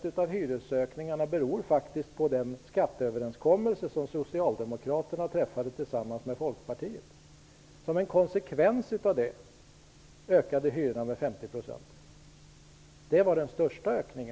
% av hyresökningarna faktiskt beror på den skatteöverenskommelse som Socialdemokraterna träffade tillsammans med Folkpartiet. Som en konsekvens av denna ökade hyrorna med 50 %. Det var den största ökningen.